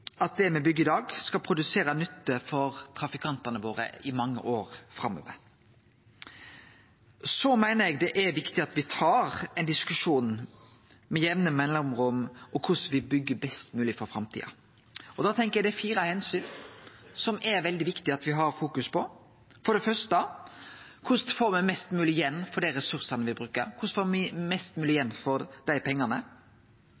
at det me byggjer i dag, skal produsere nytte for trafikantane våre i mange år framover. Eg meiner det er viktig at me med jamne mellomrom tar ein diskusjon om korleis me byggjer best mogleg for framtida. Da tenkjer eg det er fire omsyn det er veldig viktig å fokusere på. Det er for det første korleis me får mest mogleg igjen for dei ressursane me bruker, korleis me får mest